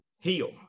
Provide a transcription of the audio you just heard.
heal